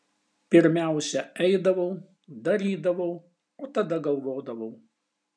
pirmiausia eidavau darydavau o tada galvodavau